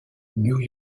new